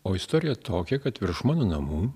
o istorija tokia kad virš mano namų